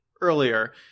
earlier